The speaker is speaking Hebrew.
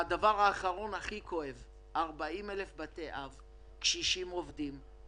הדבר הכי כואב זה 40,000 בתי אב אם זה קשישים עובדים,